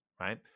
right